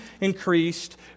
increased